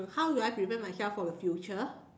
how do I prevent myself from the future